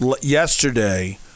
yesterday